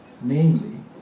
namely